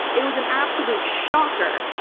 it was an absolute shocker.